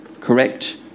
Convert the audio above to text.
Correct